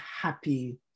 happy